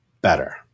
better